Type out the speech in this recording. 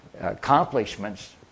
accomplishments